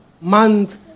Month